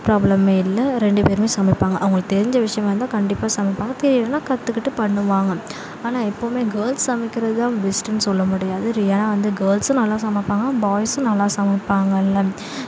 ப்ராப்ளமுமே இல்லை ரெண்டு பேருமே சமைப்பாங்க அவங்களுக்கு தெரிஞ்ச விஷயமாக இருந்தா கண்டிப்பாக சமைப்பாங்க தெரியலன்னா கற்றுக்குட்டு பண்ணுவாங்க ஆனால் எப்போவுமே கேர்ல்ஸ் சமைக்குறது தான் பெஸ்ட்டுன்னு சொல்ல முடியாது ரியலாக வந்து கேர்ல்ஸ்சும் நல்லா சமைப்பாங்க பாய்ஸ்சும் நல்லா சமைப்பாங்கள்ல